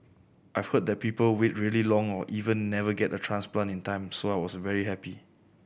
I've heard that people wait really long or even never get a transplant in time so I was very happy